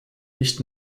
nicht